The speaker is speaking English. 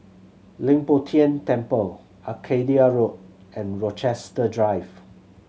Leng Poh Tian Temple Arcadia Road and Rochester Drive